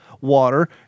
water